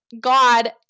God